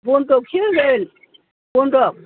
बन्द'कसो होगोन बन्द'क